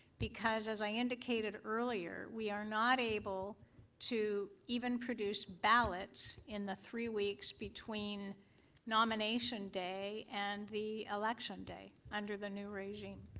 as i indicateed earlier, we are not able to even produce ballots in the three weeks between nomination day and the election day under the new regime.